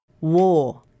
War